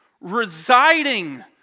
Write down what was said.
Residing